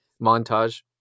montage